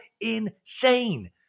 insane